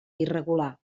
irregular